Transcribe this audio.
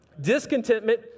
Discontentment